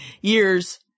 years